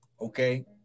okay